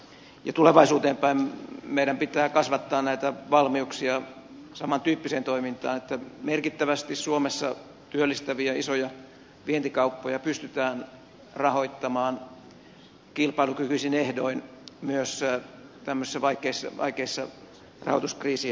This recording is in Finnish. ja tulevaisuuteen päin meidän pitää kasvattaa näitä valmiuksia samantyyppiseen toimintaan että merkittävästi suomessa työllistäviä isoja vientikauppoja pystytään rahoittamaan kilpailukykyisin ehdoin myös tämmöisissä vaikeissa rahoituskriisien oloissa